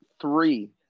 three